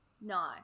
no